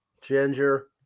Ginger